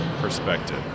perspective